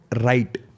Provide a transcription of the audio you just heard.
right